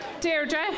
Deirdre